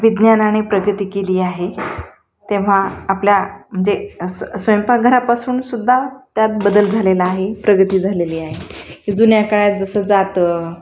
विज्ञानाने प्रगती केली आहे तेव्हा आपल्या म्हणजे स्व स्वयंपाकघरापासूनसुद्धा त्यात बदल झालेला आहे प्रगती झालेली आहे जुन्या काळात जसं जातं